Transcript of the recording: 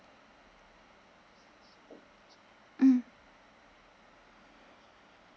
mm